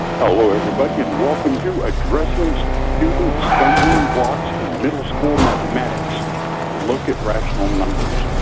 hello, everybody, and welcome to addressing student stumbling blocks in middle school mathematics a look at rational numbers.